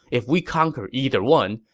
if we conquer either one,